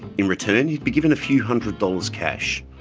in return, he'd be given a few hundred dollars, cash.